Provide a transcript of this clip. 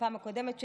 בפעם הקודמת שנאמתי,